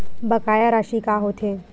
बकाया राशि का होथे?